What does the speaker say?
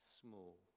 small